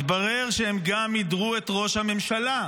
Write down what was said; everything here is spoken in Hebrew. מתברר שהם גם מידרו את ראש הממשלה.